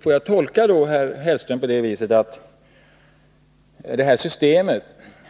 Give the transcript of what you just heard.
Får jag då tolka herr Hellström på det viset att detta system